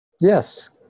yes